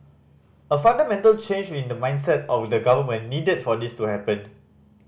a fundamental change in the mindset of the government needed for this to happen